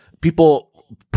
people